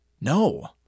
No